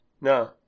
No